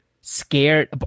scared